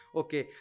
okay